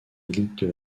élites